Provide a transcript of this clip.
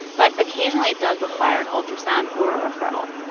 but occasionally, it does require an ultrasound or a referral.